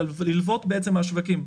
ללוות מהשווקים.